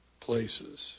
places